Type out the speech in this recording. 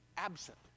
absent